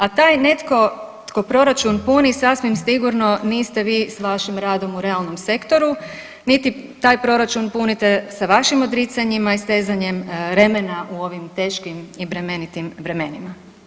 A taj netko tko proračun puni sasvim sigurno niste vi s vašim radom u realnom sektoru, niti taj proračun punite sa vašim odricanjima i stezanjem remena u ovim teškim i bremenitim vremenima.